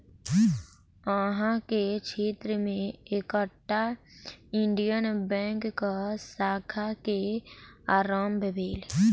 अहाँ के क्षेत्र में एकटा इंडियन बैंकक शाखा के आरम्भ भेल